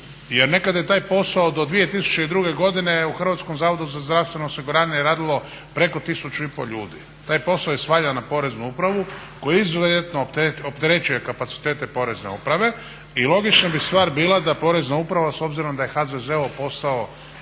jer nekada je taj posao do 2002.godine u HZZO-u radilo preko tisuću i pol ljudi. Taj posao je svaljen na Poreznu upravu koji opterećuje kapacitete Porezne uprave i logična bi stvar bila da Porezna uprava s obzirom da je HZZO postao